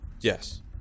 Yes